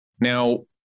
Now